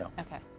okay.